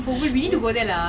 oh ya same